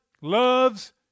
loves